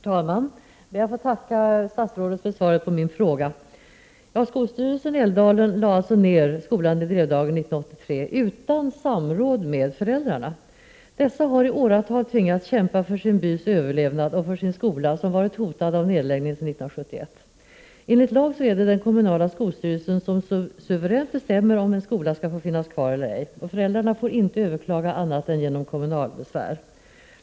Herr talman! Jag får tacka statsrådet för svaret på min fråga. Skolstyrelsen i Älvdalen lade ned skolan i Drevdagen 1983 utan samråd med föräldrarna. Dessa har i åratal tvingats kämpa för sin bys överlevnad och för sin skola, som varit hotad av nedläggning sedan 1971. Enligt lag är det den kommunala skolstyrelsen som suveränt bestämmer om en skola skall få finnas kvar eller ej. Föräldrarna får inte överklaga annat än genom kommunala besvär.